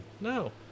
No